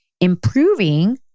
improving